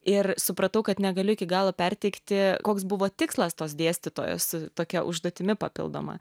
ir supratau kad negaliu iki galo perteikti koks buvo tikslas tos dėstytojos su tokia užduotimi papildoma